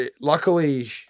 Luckily